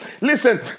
Listen